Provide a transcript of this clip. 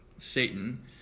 Satan